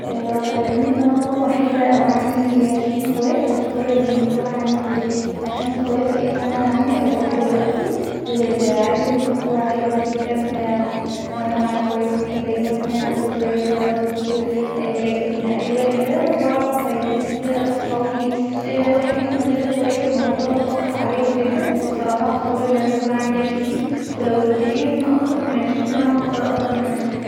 لو خيروني أن انا اكون وحيده أو عندي عشرين اخوات هختار أن يكون عندي عشرين اخوات لان انا عندي اربعه دلوقتي و عزوه الاخوه حلوه جدا وأنا مع اخواتي دايما بنعمل ذكريات سوا كتير اااا لاكن الوحده واعرف ناس كتير أوي صحابي وحيدين من غير اخوات ف الموضوع ده مأثر عليهم جدا بصراحه هختار أن انا يكون عندي اكتر من عشرين ولو في امكانيه هختار اكتر من عشرين